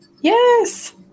Yes